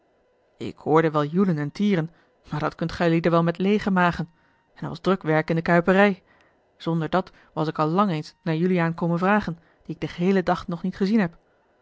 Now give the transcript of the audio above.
ik hoorde wel joelen en tieren maar dat kunt gijlieden wel met leêge magen en er was druk werk in de kuiperij zonder dat was ik al lang eens naar juliaan komen vragen dien ik den geheelen dag nog niet gezien heb